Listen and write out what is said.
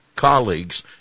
colleagues